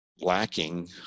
lacking